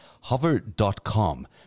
Hover.com